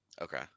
Okay